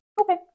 Okay